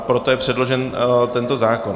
Proto je předložen tento zákon.